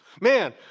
Man